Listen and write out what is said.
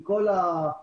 עם כל הכאב,